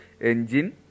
engine